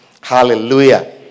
Hallelujah